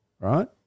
Right